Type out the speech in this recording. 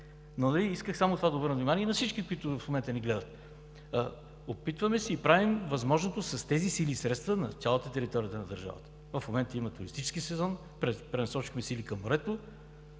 Но искам само на това да обърна внимание, и на всички, които в момента ни гледат – опитваме се и правим възможното с тези сили и средства на цялата територия на държавата. В момента има туристически сезон, пренасочихме сили към морето,